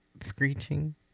screeching